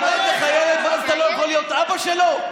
נולד לך ילד ואז אתה לא יכול להיות אבא שלו?